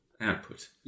output